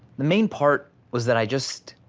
the main part was that i just